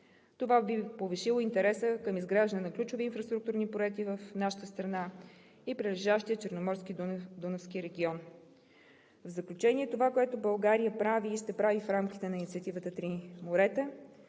Това би повишило интереса към изграждане на ключови инфраструктурни проекти в нашата страна и прилежащия Черноморски и Дунавски регион. В заключение, това, което България прави и ще прави в рамките на инициативата „Три морета“